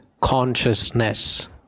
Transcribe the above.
consciousness